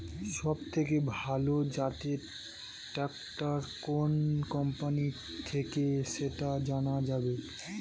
সবথেকে ভালো জাতের ট্রাক্টর কোন কোম্পানি থেকে সেটা জানা যাবে?